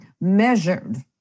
measured